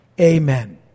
Amen